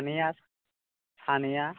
सानैआ सानैआ